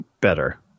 better